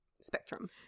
spectrum